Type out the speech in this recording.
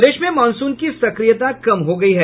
प्रदेश में मॉनसून की सक्रियता कम हो गयी है